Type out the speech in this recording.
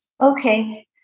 Okay